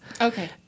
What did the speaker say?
okay